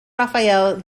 rafael